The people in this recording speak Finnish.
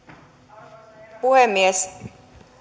arvoisa herra puhemies